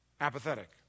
Apathetic